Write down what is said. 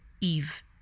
Eve